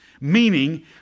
meaning